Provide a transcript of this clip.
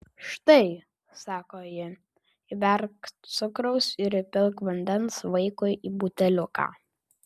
štai sako ji įberk cukraus ir įpilk vandens vaikui į buteliuką